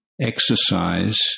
exercise